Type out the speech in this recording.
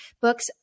books